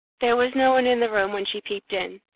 there was no one in the room when she peeped in.